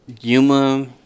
Yuma